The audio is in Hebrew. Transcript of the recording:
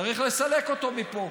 צריך לסלק אותו מפה.